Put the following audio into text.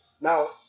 Now